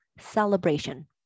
celebration